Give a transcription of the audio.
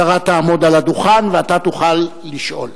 השרה תעמוד על הדוכן, ואתה תוכל לשאול.